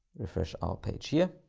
refresh our page here.